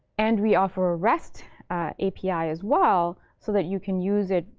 and we offer a rest api as well so that you can use it.